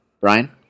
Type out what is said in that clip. Brian